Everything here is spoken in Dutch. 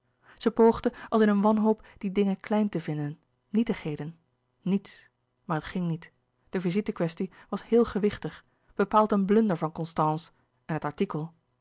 zij poogde als in een wanhoop die dingen klein te vinden nietigheden niets maar het ging niet de visitekwestie was heel gewichtig bepaald een blunder van constance en het artikel